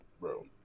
Bro